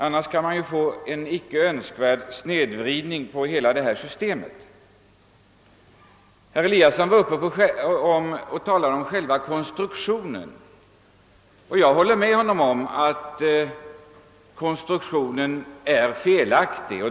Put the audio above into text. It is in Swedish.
Annars kan man få en icke önskvärd snedvridning av systemet. Herr Eliasson talade om själva konstruktionen. Jag håller med honom om att konstruktionen är felaktig.